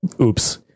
oops